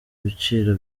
ibiciro